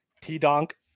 T-Donk